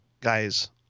guys